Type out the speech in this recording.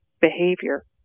behavior